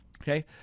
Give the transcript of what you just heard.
Okay